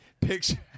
picture